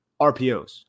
RPOs